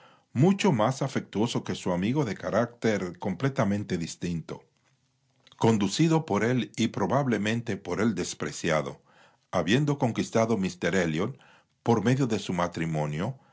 mucho más afectuoso que su amigo de carácter completamente distinto conducido por él y probablemente por él despreciado habiendo conquistado míster elliot por medio de su matrimonio